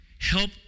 Help